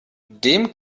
dem